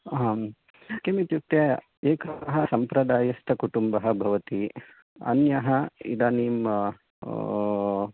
हां किमित्युक्ते एकः समप्रदायस्थः कुटुम्बः भवति अन्यः इदानीं